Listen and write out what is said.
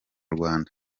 rwanda